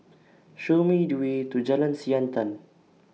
Show Me The Way to Jalan Siantan